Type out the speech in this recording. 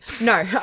no